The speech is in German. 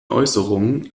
äußerungen